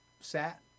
sat